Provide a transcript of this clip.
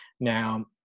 Now